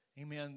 amen